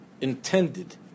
intended